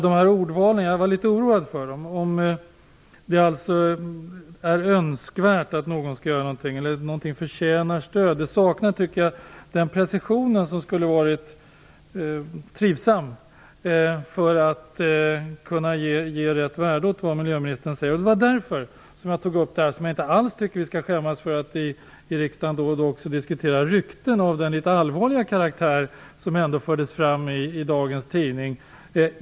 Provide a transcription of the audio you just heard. Jag är litet oroad över de här ordvalen. Det är "önskvärt" att någon skall göra någonting, och någonting "förtjänar stöd". Jag saknar den precision som hade varit trivsam och som hade kunnat ge rätt värde åt vad miljöministern här säger. Det var därför jag tog upp de rykten av den litet allvarliga karaktär som fördes fram i dagens tidning - jag tycker nämligen inte alls att vi skall skämmas över att vi i riksdagen då och då också diskuterar rykten.